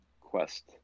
quest